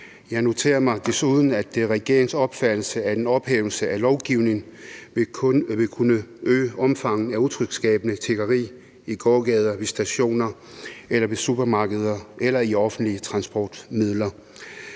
Jeg noterer mig desuden, at det er regeringens opfattelse, at en ophævelse af lovgivningen vil kunne øge omfanget af utryghedsskabende tiggeri i gågader, ved stationer eller ved supermarkeder eller i offentlige transportmidler.